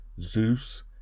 Zeus